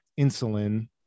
insulin